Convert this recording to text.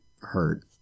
hurt